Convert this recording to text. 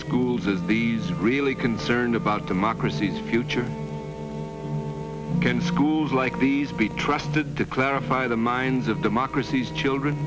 schools as these really concerned about democracy its future can schools like these be trusted to clarify the minds of democracies children